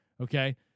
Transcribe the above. Okay